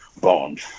Bond